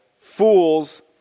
Fools